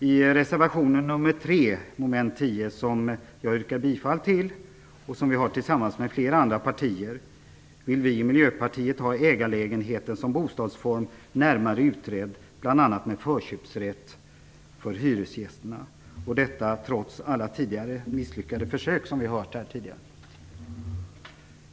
I reservation nr 3 under mom. 10, som jag yrkar bifall till och som vi står bakom tillsammans med flera andra partier, vill vi ha ägarlägenheten som bostadsform närmare utredd, bl.a. med förköpsrätt för hyresgästerna - detta trots alla tidigare misslyckade försök, som har nämnts tidigare i debatten.